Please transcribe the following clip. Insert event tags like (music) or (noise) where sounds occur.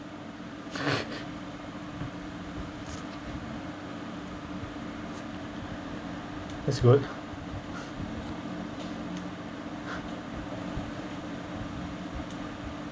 (laughs) that's good